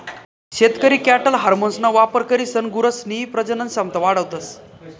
शेतकरी कॅटल हार्मोन्सना वापर करीसन गुरसनी प्रजनन क्षमता वाढावतस